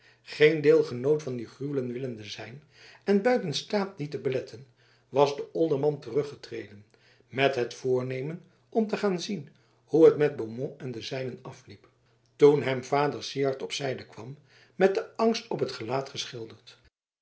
geen deelgenoot van die gruwelen willende zijn en buiten staat die te beletten was de olderman teruggetreden met het voornemen om te gaan zien hoe het met beaumont en de zijnen afliep toen hem vader syard op zijde kwam met den angst op het gelaat geschilderd